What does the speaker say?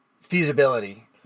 feasibility